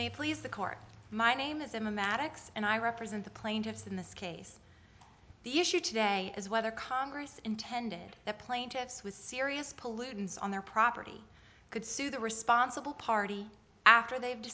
may please the court my name is emma maddox and i represent the plaintiffs in this case the issue today is whether congress intended the plaintiffs with serious pollutants on their property could sue the responsible party after they've